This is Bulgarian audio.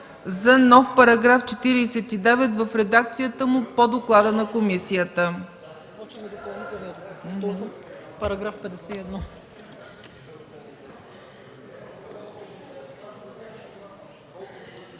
за нов § 49 в редакцията му по доклада на комисията.